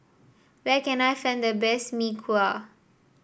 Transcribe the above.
where can I find the best Mee Kuah